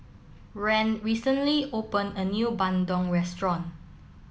rand recently opened a new Bandung restaurant